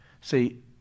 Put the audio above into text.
see